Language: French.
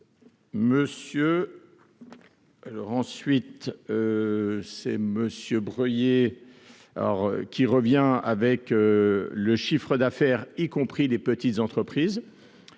Monsieur alors ensuite c'est monsieur Breuiller, alors qu'il revient avec le chiffre d'affaires, y compris les petites entreprises